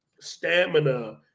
stamina